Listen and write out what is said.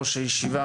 ראש הישיבה,